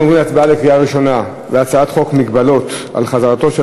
אנחנו עוברים להצבעה בקריאה ראשונה על הצעת חוק מגבלות על חזרתו של